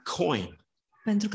coin